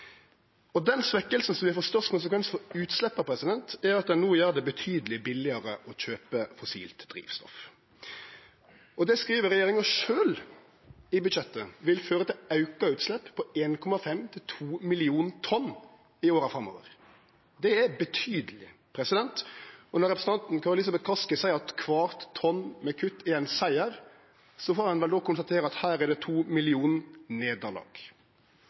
Den svekkinga som vil få størst konsekvensar for utsleppa, er at ein no gjer det betydeleg billigare å kjøpe fossilt drivstoff. Det skriver regjeringa sjølv i budsjettet vil føre til auka utslepp på 1,5–2 millionar tonn i åra framover. Det er betydeleg. Og når representanten Kari Elisabeth Kaski seier at kvart tonn med kutt er ein siger, får ein vel då konstatere at her er det to millionar nederlag.